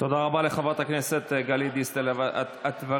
תודה רבה לחברת הכנסת גלית דיסטל אטבריאן.